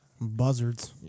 Buzzards